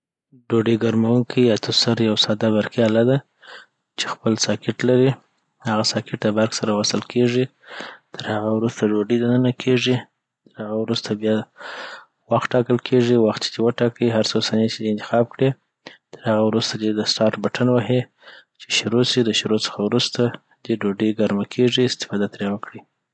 ډوډې ګرموونکي یا(توسر) یو ساده برقي اله ده چی خپل ساکټ لري هغه ساکت دبرق سره وصل کیږي ترهغه وروسته ډوډې دننه کیږي ترهغه وروسته بیا وخت ټاکل کیږي وخت چي دی وټاکي هرڅو ثاني چی دي انتخاب کړی ترهغه وروسته دی د سټارټ بټن وهي چی شروع سي دشروع څخه وروسته دي چي ډوډي ګرمه کیږی استفاده تری وکړی.